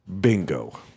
bingo